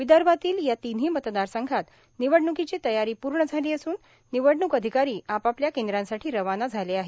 विदर्भातील या तिन्ही मतदारसंघात निवडणुकीची तयार पूर्ण झाली असून निवडणुक अधिकारी आपापल्या केंद्रांसाठी रवाना झाले आहेत